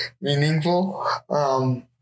meaningful